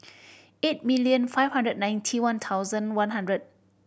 eight million five hundred ninety one thousand one hundred